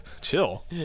chill